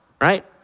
right